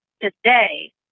today